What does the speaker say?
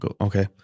Okay